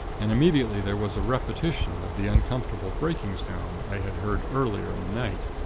and immediately there was a repetition of the uncomfortable breaking sound, i had heard earlier in the night,